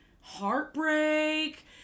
heartbreak